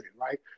Right